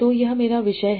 तो यह मेरा विषय है